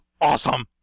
Awesome